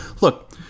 look